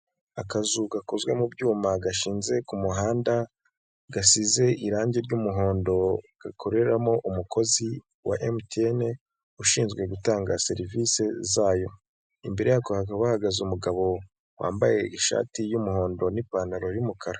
Akazu gakozwe mu byuma gashinze ku muhanda, gasize irangi ry'umuhondo gakoreramo umukozi wa emutiyene ushinzwe gutanga serivisi zayo, imbere yako hakaba hahagaze umugabo wambaye ishati y'umuhondo n'ipantaro y'umukara.